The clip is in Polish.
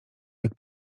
jak